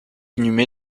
inhumé